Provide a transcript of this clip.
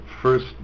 first